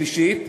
שלישית,